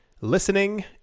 listening